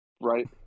right